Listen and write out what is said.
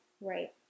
right